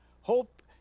hope